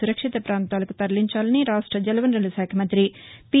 సురక్షిత ప్రాంతాలకు తరలించాలని రాష్ట జలవనరుల శాఖ మంతి పి